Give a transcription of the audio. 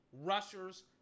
rushers